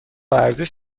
ارزش